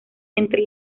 entre